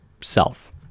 self